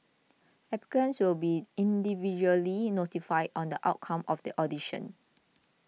applicants will be individually notified on the outcome of the audition